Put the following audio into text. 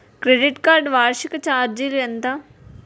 Credit card వార్షిక ఛార్జీలు ఎంత?